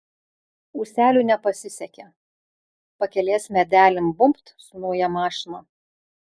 ūseliui nepasisekė pakelės medelin bumbt su nauja mašina